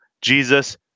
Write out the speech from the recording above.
Jesus